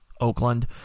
Oakland